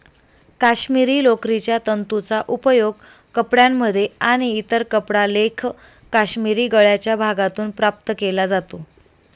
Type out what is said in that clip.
काश्मिरी लोकरीच्या तंतूंचा उपयोग कपड्यांमध्ये आणि इतर कपडा लेख काश्मिरी गळ्याच्या भागातून प्राप्त केला जातो